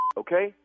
okay